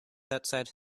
outside